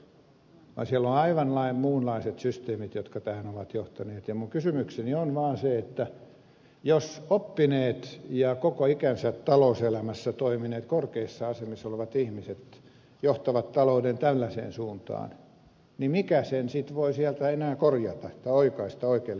siellä on aivan muunlaiset systeemit jotka tähän ovat johtaneet ja minun kysymykseni on vaan se että jos oppineet ja koko ikänsä talouselämässä toimineet korkeissa asemissa olevat ihmiset johtavat talouden tällaiseen suuntaan mikä sen sitten voi sieltä enää korjata tai oikaista oikealle paikalleen